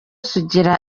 sugira